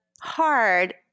hard